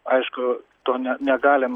aišku to ne negalim